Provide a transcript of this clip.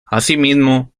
asimismo